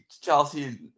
Chelsea